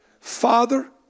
Father